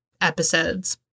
episodes